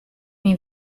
myn